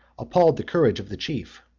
appalled the courage of the chief,